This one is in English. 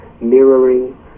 mirroring